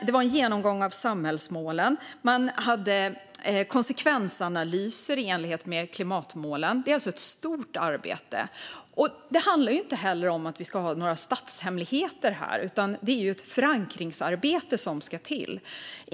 Det gjordes en genomgång av samhällsmålen, och det fanns konsekvensanalyser i enlighet med klimatmålen. Det är alltså ett stort arbete. Det handlar inte heller om att vi ska ha några statshemligheter här, utan det är ett förankringsarbete som ska till.